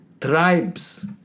tribes